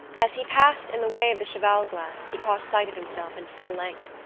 as he passed in the way of the cheval-glass he caught sight of himself in full length,